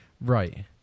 Right